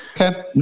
Okay